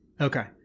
Okay